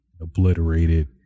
obliterated